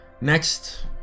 Next